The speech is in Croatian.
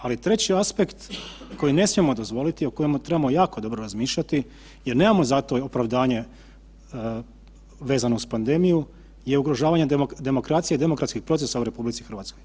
Ali treći aspekt koji ne smijemo dozvoliti, o kojemu trebamo jako dobro razmišljati jer nemamo za to opravdanje vezano uz panedmiju je ugrožavanje demokracije i demokratskih procesa u RH.